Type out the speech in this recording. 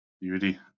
Beauty